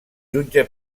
jutge